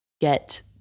get